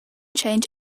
change